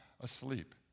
asleep